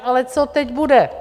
Ale co teď bude?